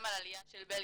גם על העלייה של בלגיה.